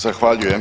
Zahvaljujem.